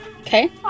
Okay